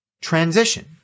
transition